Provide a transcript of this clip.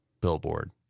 billboard